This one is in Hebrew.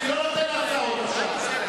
אני לא נותן הרצאות עכשיו.